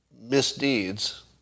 misdeeds